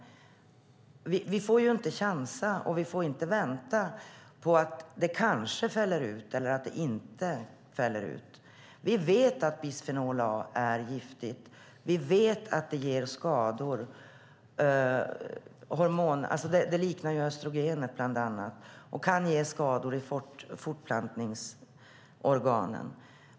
Vi får inte chansa på att detta ämne kanske fälls ut. Vi vet att bisfenol A är giftigt, och vi vet att det ger skador. Det liknar östrogenet, bland annat, och kan ge skador i fortplantningsorganen.